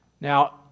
Now